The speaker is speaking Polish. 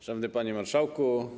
Szanowny Panie Marszałku!